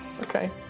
Okay